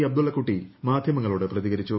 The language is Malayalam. അബ്ദുള്ളക്കുട്ടി മാധ്യമങ്ങളോട് പ്രതികരിച്ചു